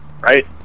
right